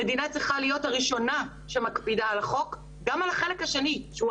המדינה צריכה להיות הראשונה שמקפידה על החוק וגם על החלק השני שלו,